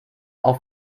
auf